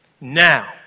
now